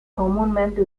comúnmente